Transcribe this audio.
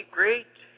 great